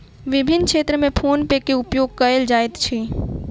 विभिन्न क्षेत्र में फ़ोन पे के उपयोग कयल जाइत अछि